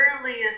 earliest